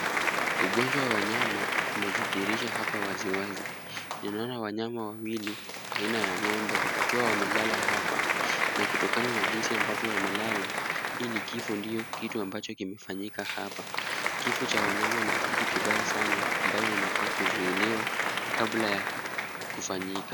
Ugonjwa wa nyama unajidhihirisha hapa waziwazi ,tunaona wanyama wawili aina ya ng'ombe wakiwa wamelala hapa na kutoka na jinsi ambavyo wamelala, hi ni kifo ndiyo kitu ambacho kimefanyika hapa .Kifo cha wanyama ni kitu kibaya sana ambayo inafaa kuzuliwa kabla ya kufanyika.